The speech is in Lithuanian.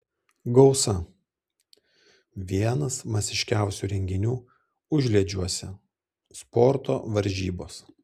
gausa vienas masiškiausių renginių užliedžiuose sporto varžybos